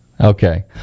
Okay